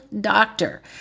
doctor